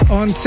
on